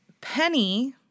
Penny